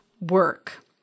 work